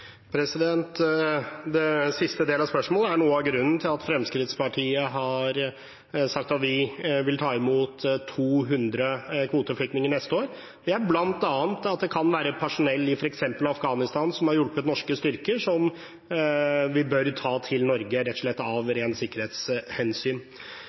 Siste spørsmål er noe av grunnen til at Fremskrittspartiet har sagt at vi vil ta imot 200 kvoteflyktninger neste år. Det er bl.a. fordi det kan være personell i f.eks. Afghanistan som har hjulpet norske styrker, og som vi bør ta til Norge